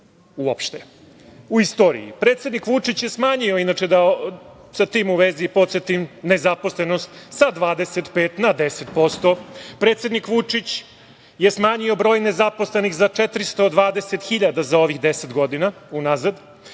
uopšte u istoriji. Predsednik Vučić je smanjio, inače sa tim u vezi da podsetim, nezaposlenost sa 25 na 10%. predsednik Vučić je smanjio broj nezaposlenih za 420 hiljada za ovih 10 godina unazad.